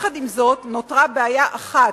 עם זאת, נותרה בעיה אחת,